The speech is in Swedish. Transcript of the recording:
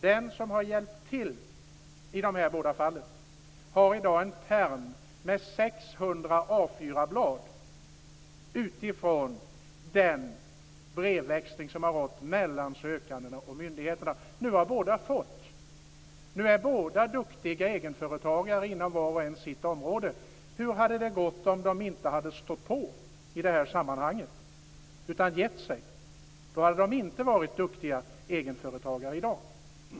Den som har hjälpt till i dessa båda fall har i dag en pärm med 600 A4-blad från den brevväxling som har varit mellan sökande och myndigheterna. Nu har båda fått F-skattsedel. Nu är båda duktiga egenföretagare var och en inom sitt område. Hur hade det gått om de inte hade stått på sig i det här sammanhanget utan gett sig? Då hade de i dag inte varit duktiga egenföretagare.